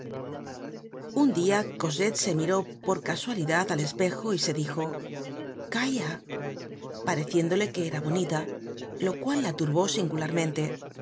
un dia cosette se miró por casualidad al espejo y se dijo calla pareciéndole que era bonita lo cual la turbó singularmente